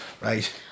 Right